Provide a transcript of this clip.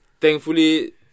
thankfully